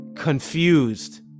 confused